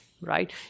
right